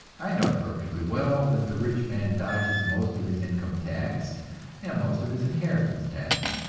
i know perfectly well that the rich man dodges most of his income tax and most of his inheritance tax.